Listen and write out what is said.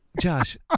Josh